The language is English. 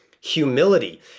humility